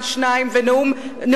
ונאום בר-אילן 2,